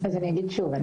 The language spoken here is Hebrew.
אז אגיד שוב,